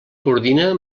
coordina